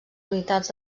unitats